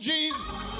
Jesus